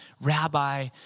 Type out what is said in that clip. rabbi